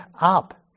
up